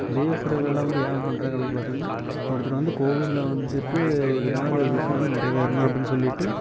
தெய்வ சிலைகள்லாம் வந்து ஏன் பண்ணுறாங்க அப்படின்னு பார்த்தீங்கன்னா ஒருத்தர் வந்து கோவிலில் வந்துவிட்டு இது மாரி ஒரு விஷயம் வந்து நிறைவேறணும் அப்படின்னு சொல்லிவிட்டு